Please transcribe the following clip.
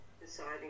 deciding